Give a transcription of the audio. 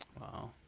Wow